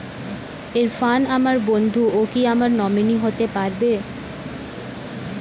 ইরফান আমার বন্ধু ও কি আমার নমিনি হতে পারবে?